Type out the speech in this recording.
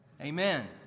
Amen